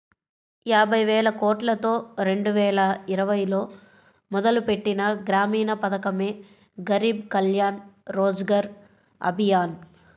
యాబైవేలకోట్లతో రెండువేల ఇరవైలో మొదలుపెట్టిన గ్రామీణ పథకమే గరీబ్ కళ్యాణ్ రోజ్గర్ అభియాన్